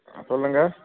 ஆ சொல்லுங்கள்